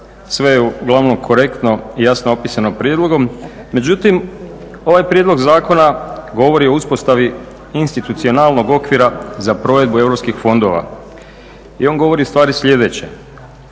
Sve je uglavnom korektno i jasno opisano prijedlogom. Međutim, ovaj prijedlog zakona govori o uspostavi institucionalnog okvira za provedbu europskih fondova i on govori ustvari sljedeće,